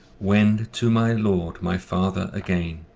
wend to my lord, my father, again,